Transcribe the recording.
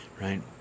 right